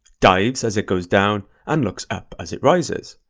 dives as it goes down, and looks up as it rises.